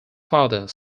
father